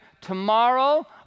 tomorrow